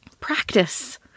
practice